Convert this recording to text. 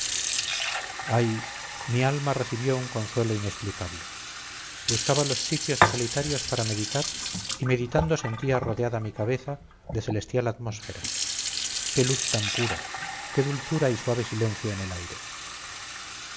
ay mi alma recibió un consuelo inexplicable buscaba los sitios solitarios para meditar y meditando sentía rodeada mi cabeza de celestial atmósfera qué luz tan pura qué dulzura y suave silencio en el aire